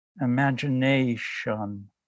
imagination